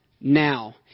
now